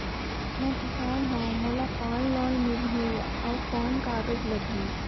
मैं किसान हव मोला कौन लोन मिलही? अउ कौन कागज लगही?